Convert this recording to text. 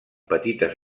petites